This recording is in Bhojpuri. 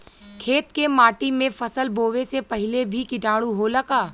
खेत के माटी मे फसल बोवे से पहिले भी किटाणु होला का?